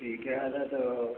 ठीक है दादा तो